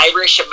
Irish